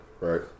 Right